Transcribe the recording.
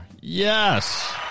Yes